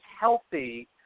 healthy